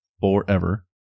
forever